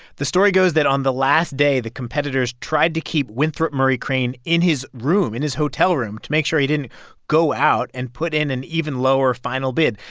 the story goes that on the last day, the competitors tried to keep winthrop murray crane in his room in his hotel room to make sure he didn't go out and put in an even lower final bid.